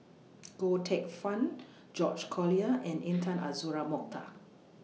Goh Teck Phuan George Collyer and Intan Azura Mokhtar